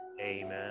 Amen